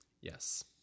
Yes